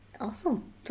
Awesome